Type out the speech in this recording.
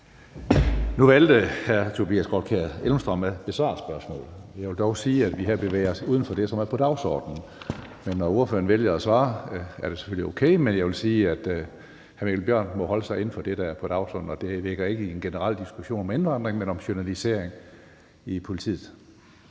Nu valgte hr. Tobias Grotkjær Elmstrøm at besvare spørgsmålet. Jeg vil dog sige, at vi her bevæger os uden for det, som er på dagsordenen. Når ordføreren vælger at svare, er det selvfølgelig okay, men jeg vil sige, at hr. Mikkel Bjørn må holde sig inden for det, der er på dagsordenen, og det ligger ikke i en generel diskussion om indvandringen, men om journalisering i politiet.